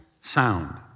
sound